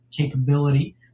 capability